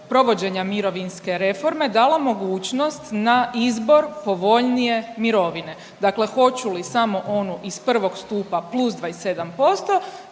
provođenja mirovinske reforme dala mogućnost na izbor povoljnije mirovine. Dakle hoću li samo onu iz 1. stupa plus 27%